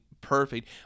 perfect